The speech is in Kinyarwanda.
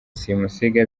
simusiga